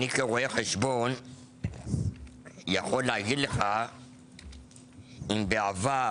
אני כרואה חשבון יכול להגיד לך אם בעבר